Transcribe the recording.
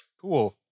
Cool